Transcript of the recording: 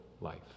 life